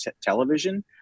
television